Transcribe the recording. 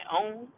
own